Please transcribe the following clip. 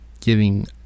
giving